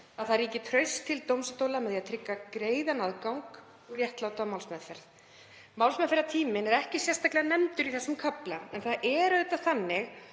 að það ríki traust til dómstóla með því að tryggja greiðan aðgang og réttláta málsmeðferð. Málsmeðferðartíminn er ekki sérstaklega nefndur í þessum kafla en það er auðvitað þannig